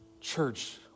Church